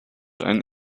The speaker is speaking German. einen